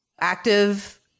active